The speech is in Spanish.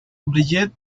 bridget